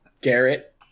Garrett